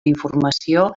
informació